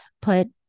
put